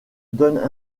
donnent